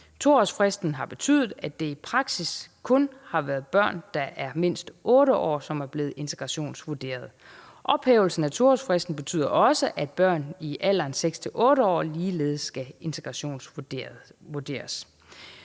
2-årsfristen har betydet, at det i praksis kun har været børn, der er mindst 8 år, som er blevet integrationsvurderet. Ophævelsen af 2-årsfristen betyder også, at børn i alderen fra 6 til 8 år ligeledes skal integrationsvurderes.